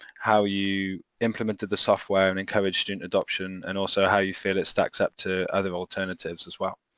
how you implemented the software and encouraged adoption and also how you feel it stacks up to other alternatives as well.